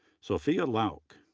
sophia lauck,